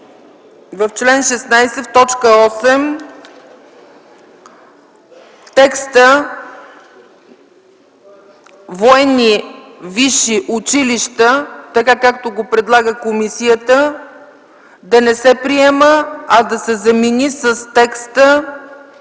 в чл. 16, т. 8 „военни висши училища” – така както го предлага комисията, да не се приема, а да се замени с текста